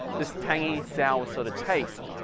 this tangy, sour sort of taste.